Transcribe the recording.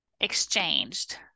exchanged